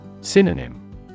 Synonym